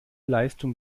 leistung